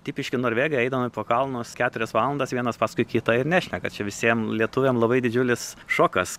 tipiški norvegai eidami po kalnus keturias valandas vienas paskui kitą ir nešneka čia visiem lietuviam labai didžiulis šokas